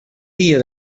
dia